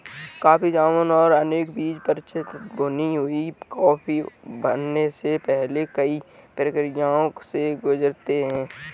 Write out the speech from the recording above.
coffee जामुन और उनके बीज परिचित भुनी हुई कॉफी बनने से पहले कई प्रक्रियाओं से गुजरते हैं